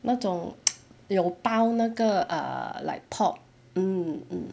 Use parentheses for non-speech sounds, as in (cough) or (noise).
那种 (noise) 有包那个 err like pork mm mm